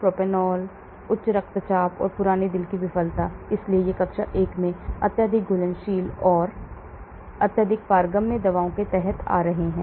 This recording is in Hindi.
प्रोप्रानोलोल उच्च रक्तचाप और पुरानी दिल की विफलता इसलिए ये कक्षा 1 में अत्यधिक घुलनशील और अत्यधिक पारगम्य दवा के तहत आ रहे हैं